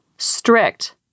Strict